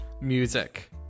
music